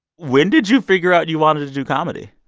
when did you figure out you wanted to do comedy?